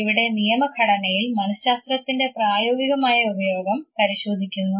ഇവിടെ നിയമഘടനയിൽ മനഃശാസ്ത്രത്തിൻറെ പ്രായോഗികമായ ഉപയോഗം പരിശോധിക്കുന്നു